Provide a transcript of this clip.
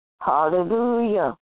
Hallelujah